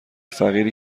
فقیری